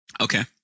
Okay